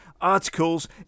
articles